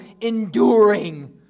enduring